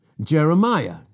Jeremiah